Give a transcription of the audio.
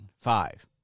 five